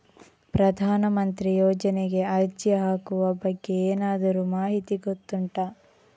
ಪ್ರಧಾನ ಮಂತ್ರಿ ಯೋಜನೆಗೆ ಅರ್ಜಿ ಹಾಕುವ ಬಗ್ಗೆ ಏನಾದರೂ ಮಾಹಿತಿ ಗೊತ್ತುಂಟ?